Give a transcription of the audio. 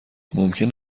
ممکن